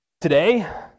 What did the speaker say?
Today